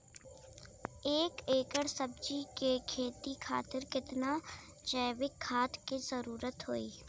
एक एकड़ सब्जी के खेती खातिर कितना जैविक खाद के जरूरत होई?